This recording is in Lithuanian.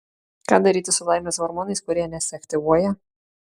ką daryti su laimės hormonais kurie nesiaktyvuoja